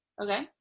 okay